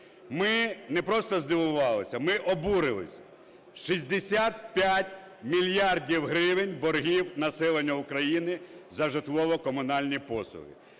ми не просто здивувалися - ми обурилися. 65 мільярдів гривень боргів населення України за житлово-комунальні послуги.